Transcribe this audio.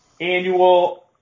annual